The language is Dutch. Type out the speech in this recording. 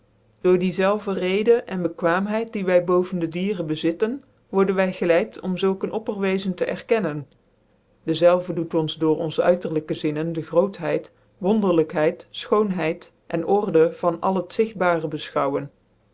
door die zelve reden en bekwaamheid die wy boven dieren bezitten worden wy geleid om zulk een opperweezen te erkennen dezelve doet ons door onze uiterlijke zinnen de grootheid wonderlijkheid fchoonhcid en order van al het zigtbare befchouwen